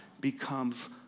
becomes